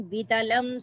Bitalam